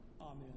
Amen